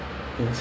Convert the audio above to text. mm